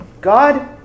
God